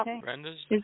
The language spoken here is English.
Brenda's